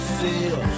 feel